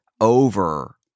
over